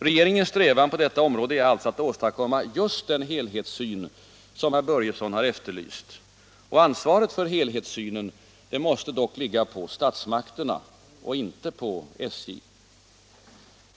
Regeringens strävan på detta område är alltså att åstadkomma just den helhetssyn, som herr Börjesson har efterlyst. Ansvaret för helhetssynen måste dock ligga på statsmakterna, inte på SJ.